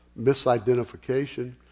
misidentification